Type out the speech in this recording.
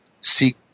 seek